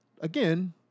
again